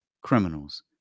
criminals